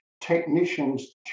technicians